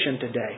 today